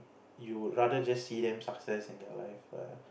you would rather just see them success in their life